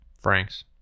Frank's